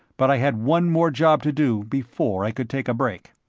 but i had one more job to do before i could take a break.